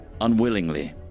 unwillingly